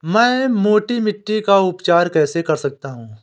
मैं मोटी मिट्टी का उपचार कैसे कर सकता हूँ?